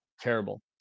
Terrible